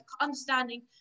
understanding